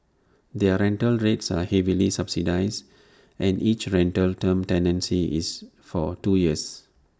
their rental rates are heavily subsidised and each rental term tenancy is for two years